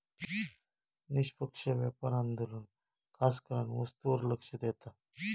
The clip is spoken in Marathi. निष्पक्ष व्यापार आंदोलन खासकरान वस्तूंवर लक्ष देता